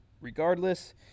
regardless